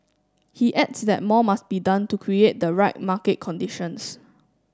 he adds that more must be done to create the right market conditions